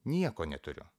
nieko neturiu